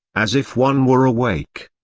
as if one were awake.